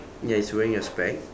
ya is wearing a spec